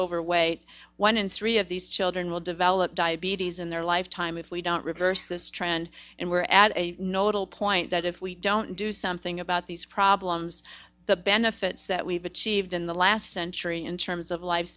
overweight one in three of these children will develop diabetes in their lifetime if we don't reverse this trend and we're at a knowitall point that if we don't do something about these problems the benefits that we've achieved in the last century in terms of